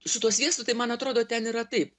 su tuo sviestu tai man atrodo ten yra taip